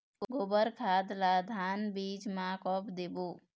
गोबर खाद ला धान बीज म कब देबो?